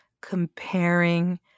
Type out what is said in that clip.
comparing